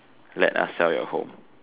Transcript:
let us sell your home